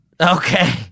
Okay